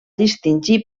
distingir